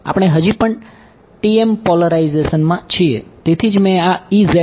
આપણે હજી પણ TM પોલારાઇઝેશનમાં છીએ તેથી જ મેં આ લખ્યું છે